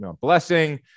blessing